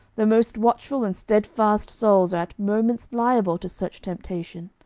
the most watchful and steadfast souls are at moments liable to such temptation.